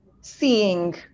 seeing